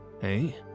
hey